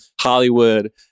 Hollywood